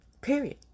period